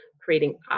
creating